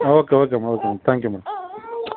ఆ okay okay madam thank you madam